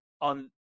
on